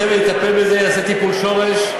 הצוות יטפל בזה, יעשה טיפול שורש.